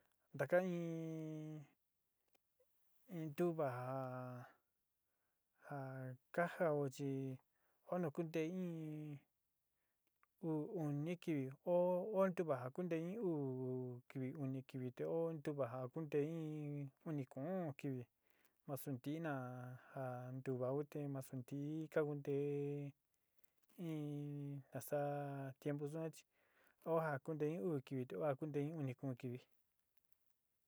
Taka in in ntuva ja ja ka jáo chi oó nu kunte in uú uni kivi, óó ntuva ja kunte in uú kivi uni kivi te óó ntuva ja kunte-in uni kuún u'ún kivi ma su ntii na ja ntuvaun te masu ntií ka kunte in nasaá tiempu yuan chi oo ja kunte uú kivi te óó ja kunteein uú kivi te óó ja kunte uni kuún kivi.